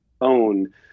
own